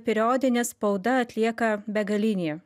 periodinė spauda atlieka begalinį